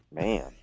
Man